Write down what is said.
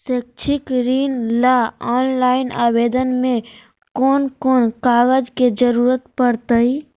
शैक्षिक ऋण ला ऑनलाइन आवेदन में कौन कौन कागज के ज़रूरत पड़तई?